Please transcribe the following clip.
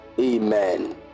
Amen